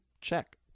Check